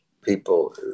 people